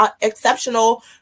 exceptional